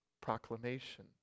proclamation